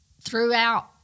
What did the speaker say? throughout